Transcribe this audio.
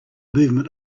movement